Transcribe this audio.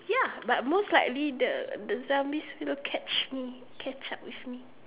ya but mostly the the zombie still catch me catch up with me